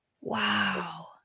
Wow